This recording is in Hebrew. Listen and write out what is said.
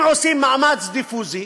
אם רוצים מאמץ דיפוזי